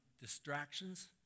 distractions